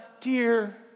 dear